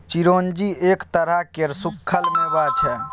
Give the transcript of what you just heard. चिरौंजी एक तरह केर सुक्खल मेबा छै